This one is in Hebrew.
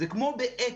זה כמו בעץ,